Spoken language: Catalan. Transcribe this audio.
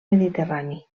mediterrani